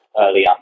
earlier